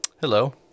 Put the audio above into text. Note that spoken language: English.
Hello